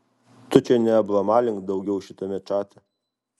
tu čia neablamalink daugiau šitame čate